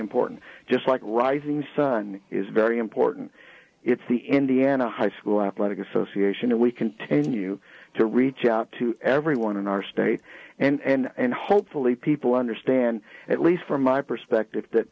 important just like risings it is very important it's the indiana high school athletic association and we continue to reach out to everyone in our state and hopefully people understand at least from my perspective that